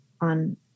on